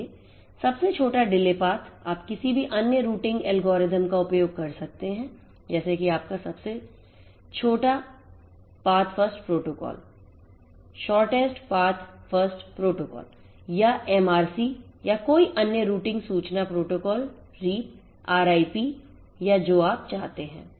सबसे छोटा delay path आप किसी भी अन्य रूटिंग एल्गोरिथ्म का उपयोग कर सकते हैं जैसे कि आपका सबसे छोटा Path first protocol या MRC या कोई अन्य रूटिंग सूचना प्रोटोकॉल रीप या जो आप चाहते हैं